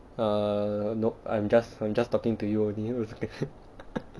err nop I'm just I'm just talking to you only